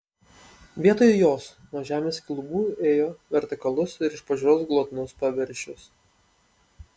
vietoj jos nuo žemės iki lubų ėjo vertikalus ir iš pažiūros glotnus paviršius